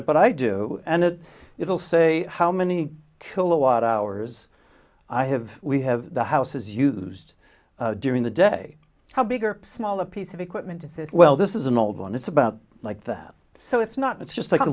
it but i do and it will say how many kilowatt hours i have we have the house is used during the day how big or small a piece of equipment well this is an old one it's about like that so it's not it's just like a